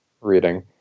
reading